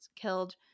killed